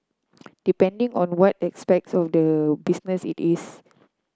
depending on what aspect of the business it is